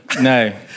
No